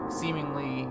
seemingly